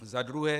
Za druhé.